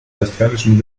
westfälischen